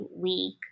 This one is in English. week